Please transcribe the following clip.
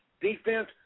Defense